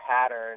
pattern